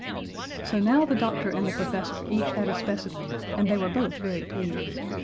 so now the doctor and the professor each had a specimen, and they were both very pleased.